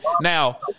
now